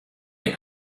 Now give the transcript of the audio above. can